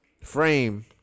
frame